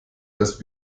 das